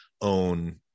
own